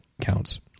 counts